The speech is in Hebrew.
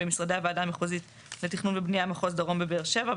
במשרדי הועדה המחוזית לתכנון ולבניה מחוז הדרום בבאר שבע,